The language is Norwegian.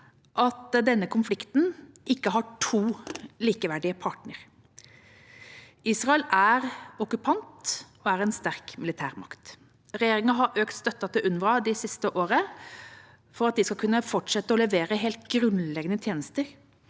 at denne konflikten ikke har to likeverdige parter. Israel er okkupant og er en sterk militærmakt. Regjeringa har økt støtten til UNRWA det siste året, for at de skal kunne fortsette å levere helt grunnleggende tjenester